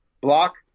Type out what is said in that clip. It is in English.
block